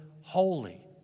holy